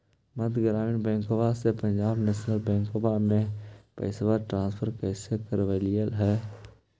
मध्य ग्रामीण बैंकवा से पंजाब नेशनल बैंकवा मे पैसवा ट्रांसफर कैसे करवैलीऐ हे?